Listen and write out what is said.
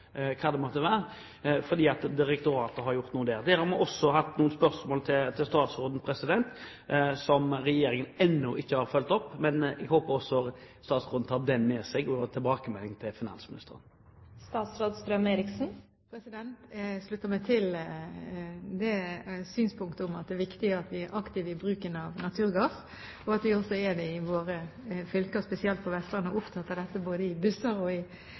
hva det måtte være, fordi direktoratet har gjort noe der. Der har vi også hatt noen spørsmål til statsråden, som regjeringen ennå ikke har fulgt opp. Men jeg håper at statsråden også tar dette med seg som en tilbakemelding til finansministeren. Jeg slutter meg til synspunktet om at det er viktig at vi er aktive i bruken av naturgass, og spesielt at vi i våre fylker på Vestlandet er opptatt av å bruke dette i våre busser, båter og